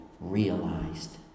realized